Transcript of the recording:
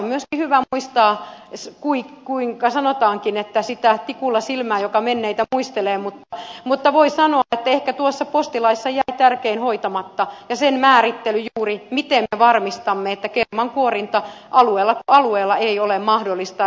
se on myöskin hyvä muistaa kuinka sanotaankin että sitä tikulla silmään joka menneitä muistelee mutta voi sanoa että ehkä tuossa postilaissa jäi tärkein hoitamatta ja sen määrittely juuri miten me varmistamme että kermankuorinta alueella kuin alueella ei ole mahdollista